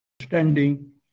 understanding